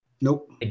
Nope